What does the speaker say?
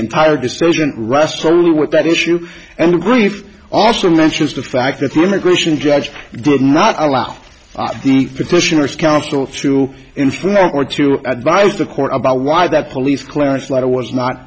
entire decision rests only with that issue and the grief also mentions the fact that the immigration judge did not allow the petitioners counsel to influence or to advise the court about why that police clearance letter was not